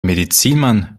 medizinmann